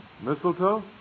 Mistletoe